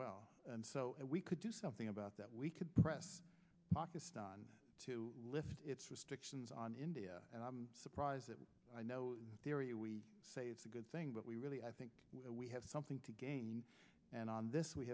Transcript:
well and so we could do something about that we could press markets done to lift its restrictions on india and i'm surprised that i know we say it's a good thing but we really i think we have something to gain and on this we